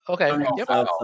Okay